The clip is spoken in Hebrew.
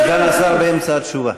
סגן השר באמצע התשובה.